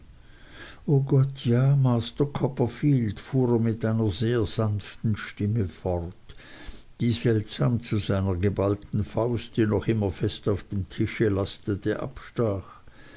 o gott ja master copperfield fuhr er mit einer sehr sanften stimme fort die seltsam zu seiner geballten faust die noch immer fest auf dem tische lastete abstach